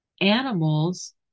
animals